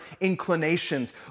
inclinations